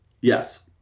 Yes